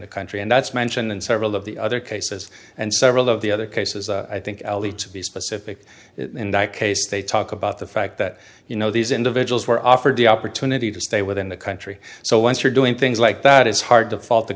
the country and that's mentioned in several of the other cases and several of the other cases i think allie to be specific in that case they talk about the fact that you know these individuals were offered the opportunity to stay within the country so once you're doing things like that it's hard to fault the